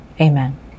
Amen